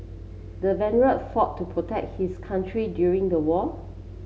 the veteran fought to protect his country during the war